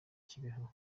kibeho